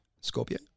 Scorpio